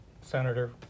Senator